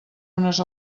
unes